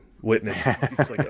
Witness